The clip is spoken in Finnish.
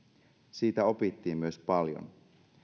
siitä opittiin myös paljon